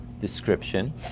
description